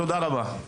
תודה רבה.